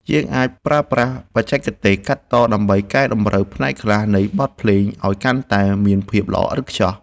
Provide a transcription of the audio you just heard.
យើងអាចប្រើប្រាស់បច្ចេកទេសកាត់តដើម្បីកែតម្រូវផ្នែកខ្លះនៃបទភ្លេងឱ្យកាន់តែមានភាពល្អឥតខ្ចោះ។